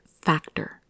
factor